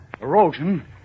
Erosion